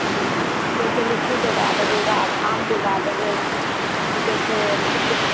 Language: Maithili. लीचीके दए देबै गाछ आमके दए देबै की कहै छै